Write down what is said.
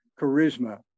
charisma